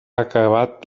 acabat